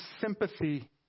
sympathy